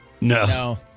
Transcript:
No